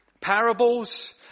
parables